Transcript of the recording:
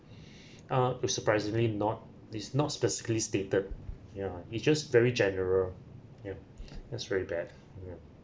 ah to surprisingly not it's not specifically stated ya he just very general ya that's very bad ya